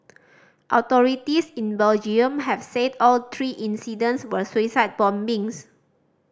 authorities in Belgium have said all three incidents were suicide bombings